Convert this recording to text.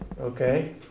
Okay